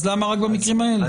אז למה במקרים האלה?